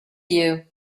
you